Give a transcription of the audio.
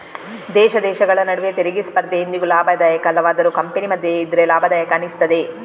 ದೇಶ ದೇಶಗಳ ನಡುವೆ ತೆರಿಗೆ ಸ್ಪರ್ಧೆ ಎಂದಿಗೂ ಲಾಭದಾಯಕ ಅಲ್ಲವಾದರೂ ಕಂಪನಿ ಮಧ್ಯ ಇದ್ರೆ ಲಾಭದಾಯಕ ಅನಿಸ್ತದೆ